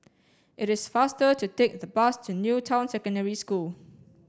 it is faster to take the bus to New Town Secondary School